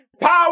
power